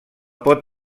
pot